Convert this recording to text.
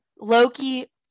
loki